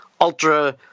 ultra